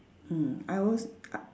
mm I als~ I